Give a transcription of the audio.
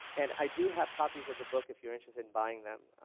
and i do have copies of the book if you're interested in buying then,